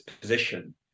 position